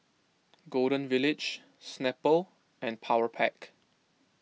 Golden Village Snapple and Powerpac